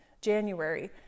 January